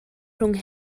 rhwng